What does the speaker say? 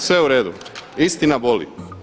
Sve uredu, istina boli.